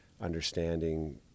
understanding